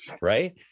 right